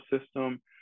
system